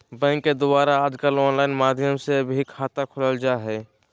bank के द्वारा आजकल आनलाइन माध्यम से भी खाता खोलल जा हइ